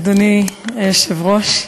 אדוני היושב-ראש,